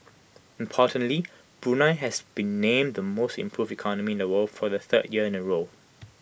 importantly Brunei has been named the most improved economy in the world for the third year in A row